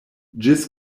ĝis